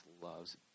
loves